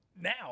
now